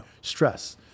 stress